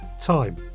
time